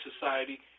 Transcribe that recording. society